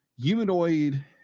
humanoid